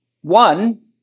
One